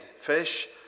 fish